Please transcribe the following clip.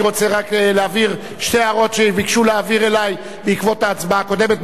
אני רוצה רק להעביר שתי הערות שביקשו להעביר אלי בעקבות ההצבעה הקודמת,